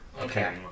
Okay